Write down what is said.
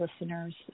listeners